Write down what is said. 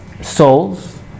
souls